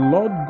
Lord